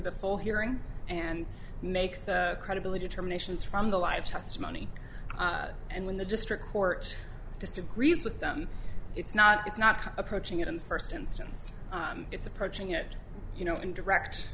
the full hearing and make credibility terminations from the live testimony and when the district court disagrees with them it's not it's not approaching it in the first instance it's approaching it you know in direct